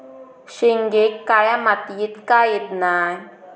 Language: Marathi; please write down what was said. शेंगे काळ्या मातीयेत का येत नाय?